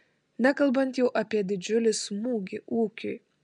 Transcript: nekalbant jau apie didžiulį smūgį ūkiui